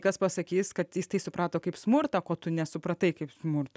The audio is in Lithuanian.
kas pasakys kad jis tai suprato kaip smurtą ko tu nesupratai kaip smurto